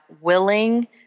willing